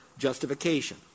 Justification